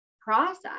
process